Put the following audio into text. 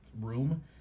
room